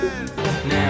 now